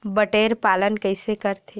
बटेर पालन कइसे करथे?